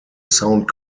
sound